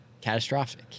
catastrophic